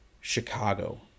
Chicago